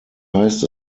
heißt